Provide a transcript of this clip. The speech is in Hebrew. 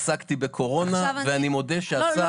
עסקתי בקורונה ואני מודה שהשר --- לא,